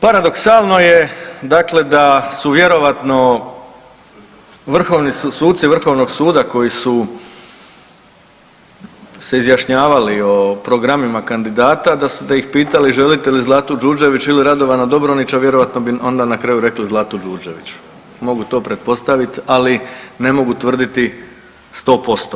Paradoksalno je dakle da su vjerojatno vrhovni suci Vrhovnog suda koji su se izjašnjavali o programima kandidata, da ih pitali želite li Zlatu Đurđević ili Radovana Dobronića, vjerojatno bi onda na kraju rekli Zlatu Đurđević, mogu to pretpostaviti, ali ne mogu tvrditi 100%